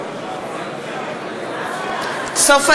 בהצבעה סופה